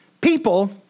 people